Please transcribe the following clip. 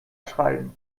schreiben